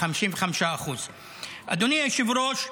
55%. אדוני היושב-ראש,